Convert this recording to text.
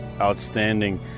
outstanding